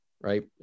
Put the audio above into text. right